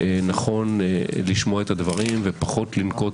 שנכון לשמוע את הדברים ופחות לנקוט